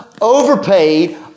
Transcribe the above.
overpaid